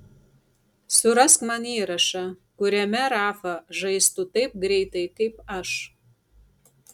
surask man įrašą kuriame rafa žaistų taip greitai kaip aš